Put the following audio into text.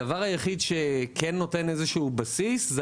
הדבר היחיד שכן נותן איזשהו בסיס אלה